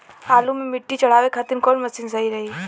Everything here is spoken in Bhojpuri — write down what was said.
आलू मे मिट्टी चढ़ावे खातिन कवन मशीन सही रही?